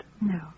No